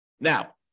Now